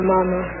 mama